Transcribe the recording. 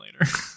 later